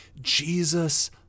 Jesus